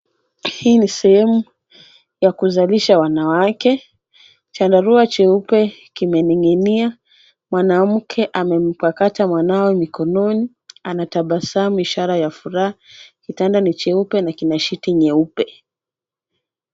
Hii ni sehemu ya kuzalisha wanawake . Chandarua cheupe kimeninginia . Mwanamke amempakata mwanawe mikononi ,anatabasamu ishara ya furaha . Kitanda ni cheupe na kina shiti nyeupe .